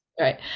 Right